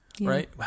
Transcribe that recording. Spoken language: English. right